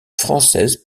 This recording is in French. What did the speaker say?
française